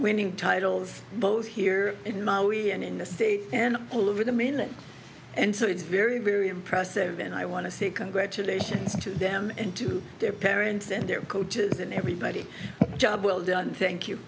winning titles both here in maui and in the states and all over the minute and so it's very very impressive and i want to say congratulations to them and to their parents and their coaches and everybody job well done thank you